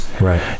Right